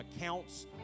accounts